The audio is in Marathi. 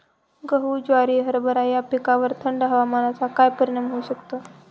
गहू, ज्वारी, हरभरा या पिकांवर थंड हवामानाचा काय परिणाम होऊ शकतो?